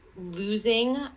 losing